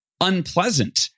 unpleasant